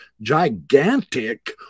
gigantic